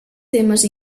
temes